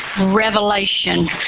revelation